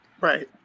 Right